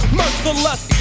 merciless